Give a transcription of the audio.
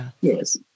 Yes